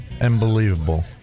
Unbelievable